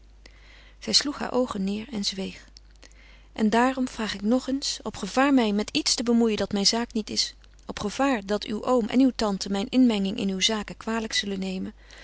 sloeg haar oogen neêr en zweeg en daarom vraag ik nog eens op gevaar mij met iets te bemoeien dat mijn zaak niet is op gevaar dat uw oom en uw tante mijn inmenging in uw zaken kwalijk zullen nemen